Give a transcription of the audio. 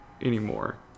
anymore